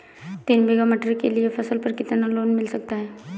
तीन बीघा मटर के लिए फसल पर कितना लोन मिल सकता है?